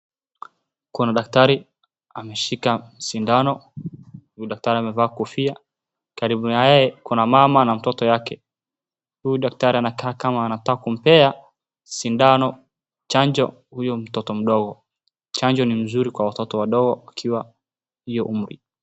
Kuna daktari ameshika sindano, huyu daktari amevaa kofi. Karibu na yeye kuna mama na mtoto wake. Huyu daktari anakaa kama anataka kumpea sindano, chanjo huyo mtoto mdogo. Chanjo ni mzuri kwa watoto wadogo wakiwa hiyo umri.